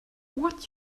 what